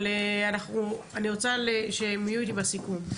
אבל אני רוצה שהם יהיו איתי בסיכום.